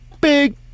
big